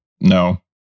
No